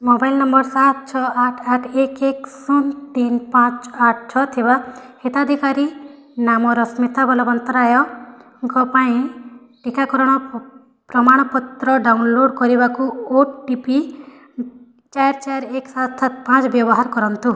mobile number ସାତ ଛଅ ଆଠ ଆଠ ଏକ ଏକ ଶୂନ ତିନି ପାଞ୍ଚ ଆଠ ଛଅ ଥିବା ହିତାଧିକାରୀ ନାମ ରଶ୍ମିତା ବଳବନ୍ତରାୟଙ୍କ ପାଇଁ ଟିକାକରଣର ପ୍ରମାଣପତ୍ର ଡାଉନଲୋଡ଼୍ କରିବାକୁ ଓ ଟି ପି ଚାରି ଚାରି ଏକ ସାତ ସାତ ପାଞ୍ଚ ବ୍ୟବହାର କରନ୍ତୁ